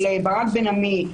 של ברק בן עמי,